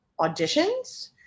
auditions